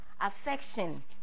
affection